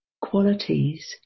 qualities